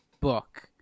book